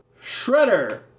Shredder